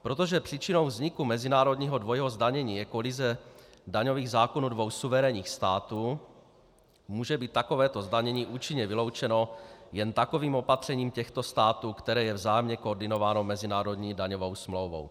Protože příčinou vzniku mezinárodního dvojího zdanění je kolize daňových zákonů dvou suverénních států, může být takovéto zdanění účinně vyloučeno jen takovým opatřením těchto států, které je vzájemně koordinováno mezinárodní daňovou smlouvou.